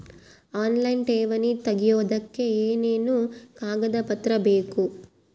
Online ಠೇವಣಿ ತೆಗಿಯೋದಕ್ಕೆ ಏನೇನು ಕಾಗದಪತ್ರ ಬೇಕು?